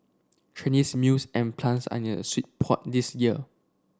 Chinese mills and plants are in a sheet pot this year